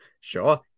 Sure